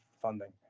funding